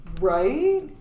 Right